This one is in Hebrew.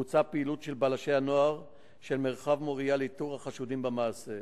בוצעה פעילות של בלשי הנוער של מרחב מוריה לאיתור החשודים במעשה.